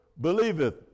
believeth